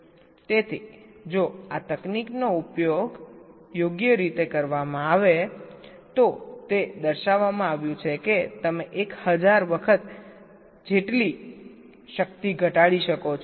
તેથી જો આ તકનીકનો યોગ્ય રીતે ઉપયોગ કરવામાં આવે તો તે દર્શાવવામાં આવ્યું છે કે તમે 1000 વખત જેટલી શક્તિ ઘટાડી શકો છો